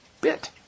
bit